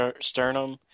sternum